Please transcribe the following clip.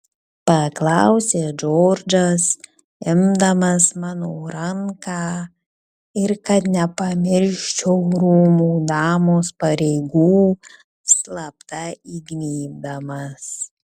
paklausė džordžas imdamas mano ranką ir kad nepamirščiau rūmų damos pareigų slapta įgnybdamas